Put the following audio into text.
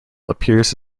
appears